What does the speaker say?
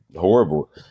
horrible